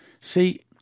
See